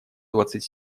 двадцать